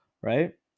right